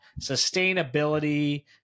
sustainability